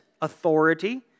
authority